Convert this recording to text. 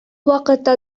вакытта